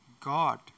God